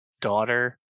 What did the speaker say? daughter